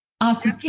Awesome